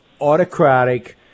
autocratic